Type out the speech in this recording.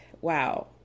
wow